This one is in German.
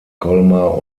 colmar